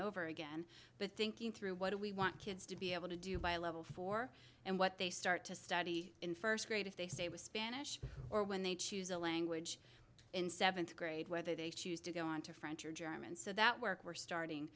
over again but thinking through what do we want kids to be able to do by a level four and what they start to study in first grade if they stay with spanish or when they choose a language in seventh grade whether they choose to go on to french or german so that work we're starting